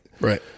Right